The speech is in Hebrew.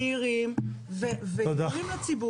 נהירים וגלויים לציבור.